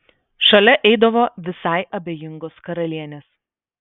šalia eidavo visai abejingos karalienės